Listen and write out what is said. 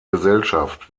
gesellschaft